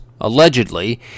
allegedly